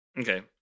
okay